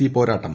C പോരാട്ടം